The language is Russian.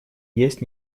есть